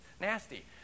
nasty